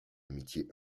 amitié